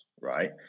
right